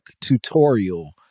tutorial